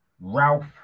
Ralph